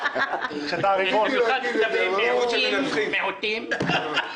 נדיבות של מיעוטים.